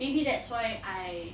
maybe that's why I